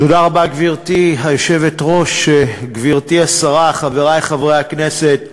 גברתי היושבת-ראש, גברתי השרה, חברי חברי הכנסת,